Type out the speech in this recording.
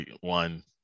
one